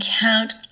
count